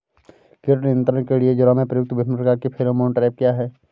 कीट नियंत्रण के लिए ज्वार में प्रयुक्त विभिन्न प्रकार के फेरोमोन ट्रैप क्या है?